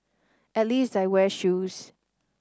at least I wear shoes